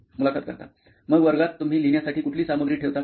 मुलाखत कर्ता मग वर्गात तुम्ही लिहिण्यासाठी कुठली सामग्री ठेवता का